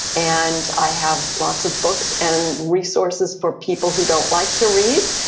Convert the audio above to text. and i have lots of books and resources for people who don't like to read,